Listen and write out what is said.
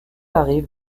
arrive